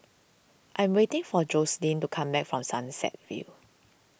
I am waiting for Joselyn to come back from Sunset View